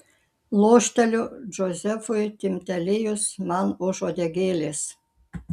lošteliu džozefui timptelėjus man už uodegėlės